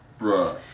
Bruh